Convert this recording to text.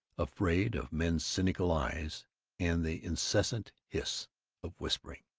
afraid of men's cynical eyes and the incessant hiss of whispering.